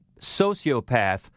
sociopath